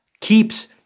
keeps